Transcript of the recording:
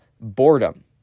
boredom